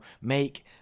make